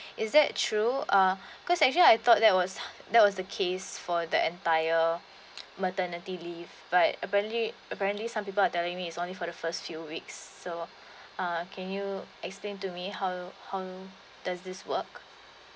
is that true uh cause actually I thought that was that was the case for the entire maternity leave but apparently apparently some people are telling me that it's only for the first few weeks so uh can you explain to me how how does this work